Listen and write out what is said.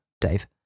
Dave